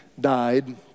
died